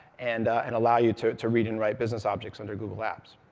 and and allow you to to read and write business objects under google apps.